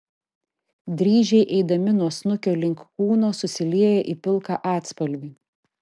dryžiai eidami nuo snukio link kūno susilieja į pilką atspalvį